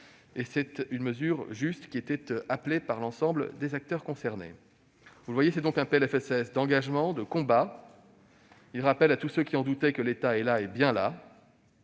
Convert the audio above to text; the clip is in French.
Cette mesure juste était appelée par l'ensemble des acteurs concernés. Mesdames, messieurs les sénateurs, c'est donc un PLFSS d'engagement et de combat. Il rappelle à tous ceux qui en doutaient que l'État est là et bien là.